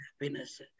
happiness